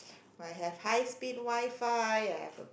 might have high speed WiFi